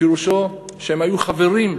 פירושו שהם היו חברים,